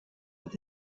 with